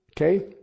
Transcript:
Okay